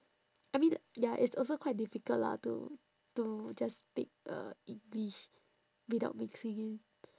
I mean ya it's also quite difficult lah to to just speak uh english without mixing in